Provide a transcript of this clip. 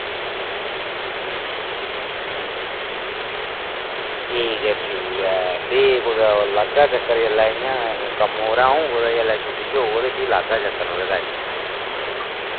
ठीक ऐ ठीक ऐ भी लाह्गा चक्कर इंया कम्में उप्पर आं भी इंया छुट्टी होग ते लाह्गा चक्कर इंया